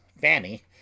Fanny